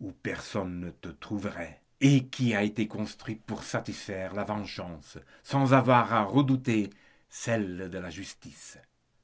où personne ne te trouverait et qui a été construit pour satisfaire la vengeance sans avoir à redouter celle de la justice